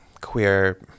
queer